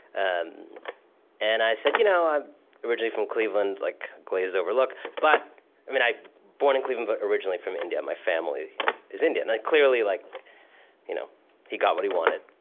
um and i said, you know i'm originally from cleveland like glazed-over look but and born in cleveland, but originally from india. my family is indian. ah clearly, like you know he got what he wanted.